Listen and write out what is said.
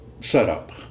setup